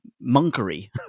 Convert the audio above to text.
monkery